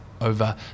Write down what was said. over